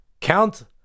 Count